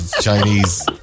Chinese